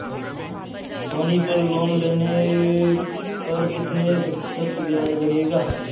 सोनी पल लोन लेने पर कितने प्रतिशत ब्याज लगेगा?